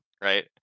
right